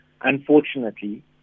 Unfortunately